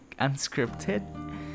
unscripted